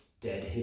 dead